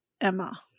Emma